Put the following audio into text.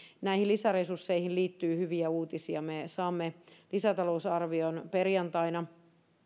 näihin lisäresursseihin liittyy hyviä uutisia me saamme lisätalousarvion perjantaina